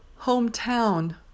hometown